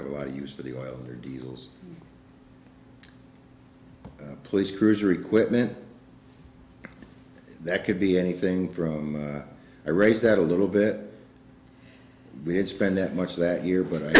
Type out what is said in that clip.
have a lot of use for the oil or diesels police cruiser equipment that could be anything from a race that a little bit we had spend that much that year but i